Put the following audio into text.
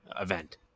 event